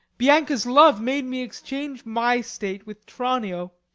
bianca's love made me exchange my state with tranio,